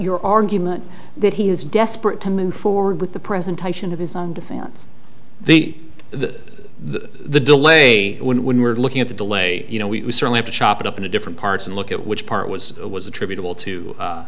your argument that he is desperate to move forward with the presentation of his own defense the the the the delay when we're looking at the delay you know we certainly have to chop it up into different parts and look at which part was it was attributable to